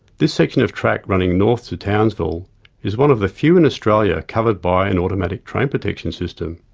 this section of track running north to townsville is one of the few in australia covered by an automatic train protection system.